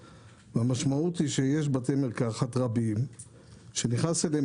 המשמעות היא שיש בתי מרקחת רבים שנכנס אליהם